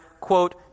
quote